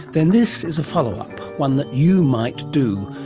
then this is a follow-up, one that you might do,